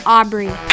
Aubrey